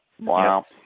wow